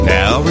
Now